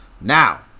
Now